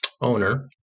owner